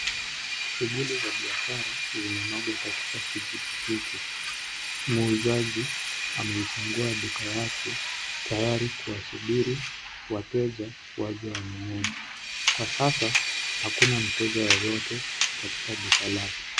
Shughuli za biashara zimenoga katika kijiji hiki. Muuzaji ameifungua duka yake tayari kuwasubiri wateja waje wanunue. Kwa sasa hakuna wateja wowote katika duka lake.